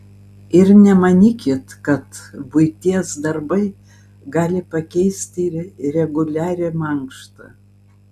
ir nemanykit kad buities darbai gali pakeisti reguliarią mankštą